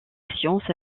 science